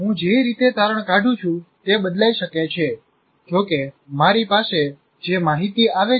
હું જે રીતે તારણ કાઢું છું તે બદલાઈ શકે છે જો કે મારી પાસે જે માહિતી આવે છે તે અર્થપૂર્ણ છે